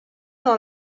dans